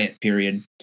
period